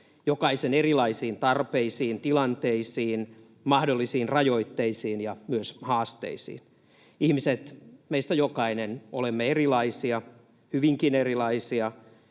jokaisen erilaisiin tarpeisiin, tilanteisiin, mahdollisiin rajoitteisiin ja myös haasteisiin. Ihmiset, meistä jokainen, ovat erilaisia, hyvinkin erilaisia.